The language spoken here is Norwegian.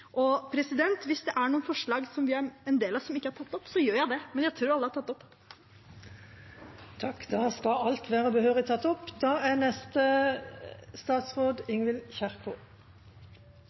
Hvis det er noen forslag vi er en del av som ikke er tatt opp, gjør jeg det, men jeg tror alle er tatt opp. Takk, alt skal være behørig tatt opp. Den foreslåtte lovendringen handler først og fremst om pasientene. Å sikre at rett informasjon er